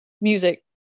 music